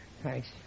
Thanks